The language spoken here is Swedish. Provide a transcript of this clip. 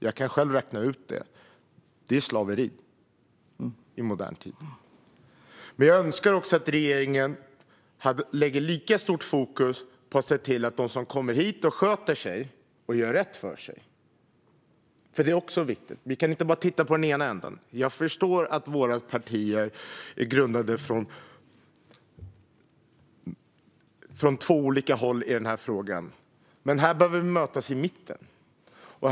Det är slaveri i modern tid. Men jag skulle önska att regeringen lägger lika stort fokus på dem som kommer hit och sköter sig och gör rätt för sig, för det är också viktigt. Vi kan inte bara titta på den ena änden. Jag förstår att våra partier ser på frågan från två olika håll, men här behöver vi mötas i mitten.